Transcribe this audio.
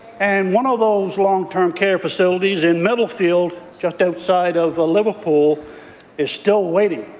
and one of those long-term care facilities in middlefield just outside of ah liverpool is still waiting,